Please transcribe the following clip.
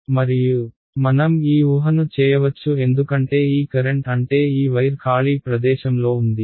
మరియు మనం ఈ ఊహను చేయవచ్చు ఎందుకంటే ఈ కరెంట్ అంటే ఈ వైర్ ఖాళీ ప్రదేశంలో ఉంది